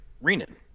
Renan